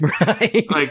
Right